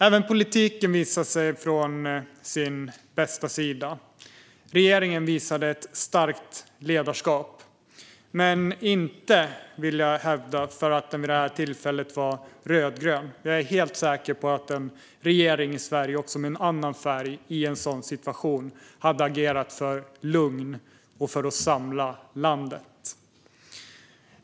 Även politiken visade sig från sin bästa sida. Regeringen visade ett starkt ledarskap, men inte, vill jag hävda, för att den vid detta tillfälle var rödgrön. Jag är helt säker på att en regering av en annan färg i en sådan situation också hade agerat för lugn och för att samla landet.